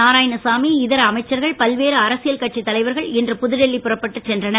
நாராயணசாமி மற்ற அமைச்சர்கள் பல்வேறு அரசியல் கட்சித் தலைவர்கள் இன்று புதுடில்லி புறப்பட்டுச் சென்றனர்